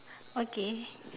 okay